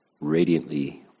radiantly